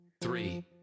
three